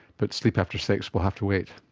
but sleep after sex, we'll have to wait.